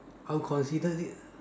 I'll consider it